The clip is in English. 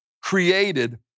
created